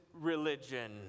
religion